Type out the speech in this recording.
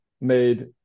made